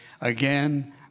again